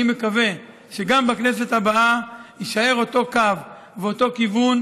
אני מקווה שגם בכנסת הבאה יישארו אותו קו ואותו כיוון,